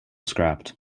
scrapped